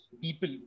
people